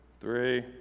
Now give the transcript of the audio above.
three